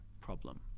problem